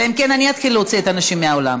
אלא אם כן אני אתחיל להוציא את האנשים מהאולם.